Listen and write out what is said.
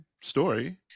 story